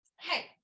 hey